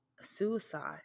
suicide